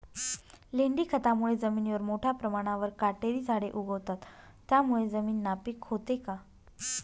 लेंडी खतामुळे जमिनीवर मोठ्या प्रमाणावर काटेरी झाडे उगवतात, त्यामुळे जमीन नापीक होते का?